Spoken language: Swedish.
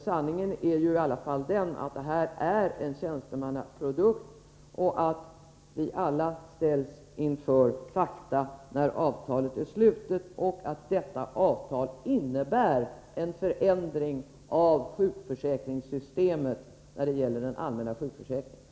Sanningen är ju i alla fall den att detta är en tjänstemannaprodukt och att vi alla ställs inför fakta när avtalet är slutet och att detta avtal innebär en förändring av sjukförsäkringssystemet inom den allmänna sjukförsäkringen.